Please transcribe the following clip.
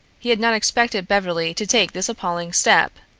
he had not expected beverly to take this appalling step.